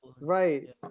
Right